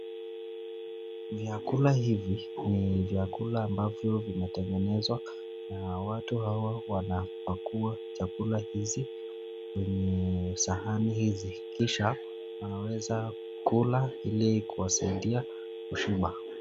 Vyakula hivi ni vyakula ambavyo vimetengenezwa na watu hawa wanapakua chakula hizi kwenye sahani hizi kisha wanaweza kula ili kuwasaidia kushiba.